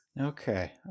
Okay